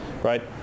Right